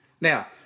Now